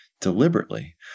deliberately